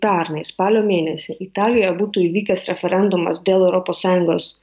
pernai spalio mėnesį italijoje būtų įvykęs referendumas dėl europos sąjungos